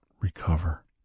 recover